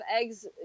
eggs